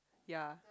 ya